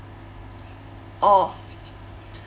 orh